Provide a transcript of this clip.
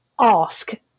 ask